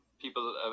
people